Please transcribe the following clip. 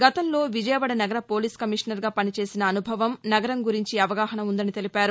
గతంలో విజయవాడ నగరపోలీస్ కమిషన్ గా పనిచేసిన అనుభవం నగరం గురించి అవగాహన ఉందని తెలిపారు